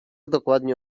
dokładnie